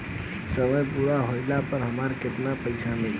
समय पूरा होला पर हमरा केतना पइसा मिली?